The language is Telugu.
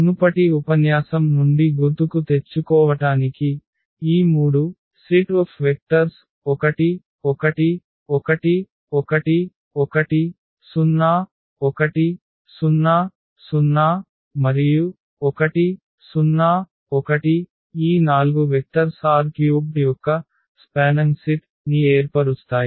మునుపటి ఉపన్యాసం నుండి గుర్తుకు తెచ్చుకోవటానికి ఈ 3 వెక్టర్ల సమితి 1 1 1 1 1 0 1 0 0 1 0 1 ఈ 4 వెక్టర్స్ R³ యొక్క విస్తారమైన సమితి ని ఏర్పరుస్తాయి